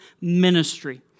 ministry